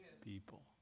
People